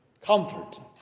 Comfort